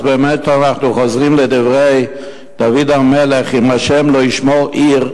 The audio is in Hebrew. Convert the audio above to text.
אז באמת אנחנו חוזרים לדברי דוד המלך: "אם ה' לא ישמר עיר,